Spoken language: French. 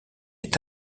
est